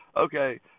Okay